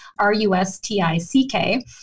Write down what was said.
R-U-S-T-I-C-K